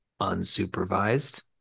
Unsupervised